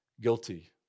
guilty